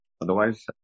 Otherwise